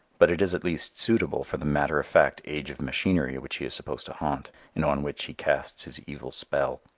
but it is at least suitable for the matter-of-fact age of machinery which he is supposed to haunt and on which he casts his evil spell.